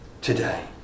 today